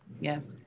yes